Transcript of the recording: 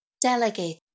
Delegate